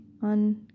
on